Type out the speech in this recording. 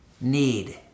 Need